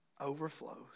overflows